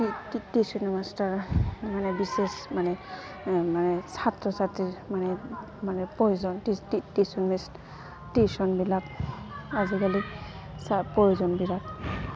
tuition master মানে বিশেষ মানে মানে ছাত্ৰ ছাত্ৰীৰ মানে মানে প্ৰয়োজন টিউশ্যনবিলাক আজিকালি চব প্ৰয়োজনবিলাক